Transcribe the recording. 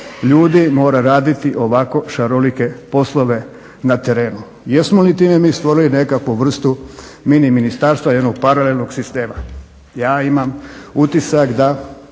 ljudi mora raditi ovako šarolike poslove na terenu? Jesmo li time mi stvorili nekakvu vrstu mini ministarstva i jednog paralelnog sistema? Ja imam utisak da